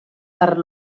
per